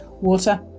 water